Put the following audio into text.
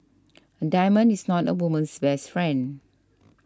a diamond is not a woman's best friend